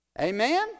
Amen